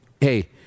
hey